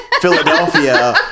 Philadelphia